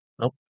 nope